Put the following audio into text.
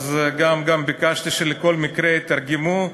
גם ביקשתי שבכל מקרה יתרגמו,